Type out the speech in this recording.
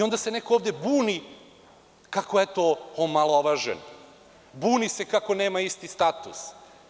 Onda se neko ovde buni kako je omalovažen, buni se kako nema isti status.